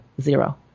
zero